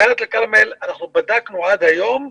דלית אל כרמל, בדקנו עד היום,